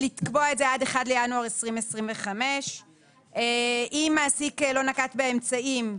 לקבוע את זה עד 1 בינואר 2025. אם מעסיק לא נקט באמצעים,